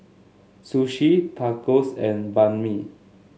Sushi Tacos and Banh Mi